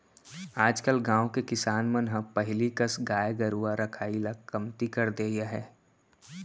आजकल गाँव के किसान मन ह पहिली कस गाय गरूवा रखाई ल कमती कर दिये हें